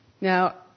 Now